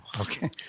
okay